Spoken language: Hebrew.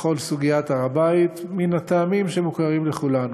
בכל סוגיית הר הבית, מן הטעמים שמוכרים לכולנו.